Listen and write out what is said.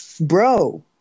Bro